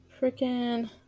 Freaking